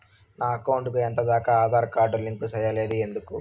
నా అకౌంట్ కు ఎంత దాకా ఆధార్ కార్డు లింకు సేయలేదు ఎందుకు